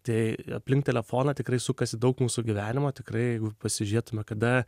tai aplink telefoną tikrai sukasi daug mūsų gyvenimo tikrai jeigu pasižiūrėtume kada